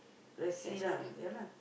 let's see lah yeah lah